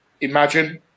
imagine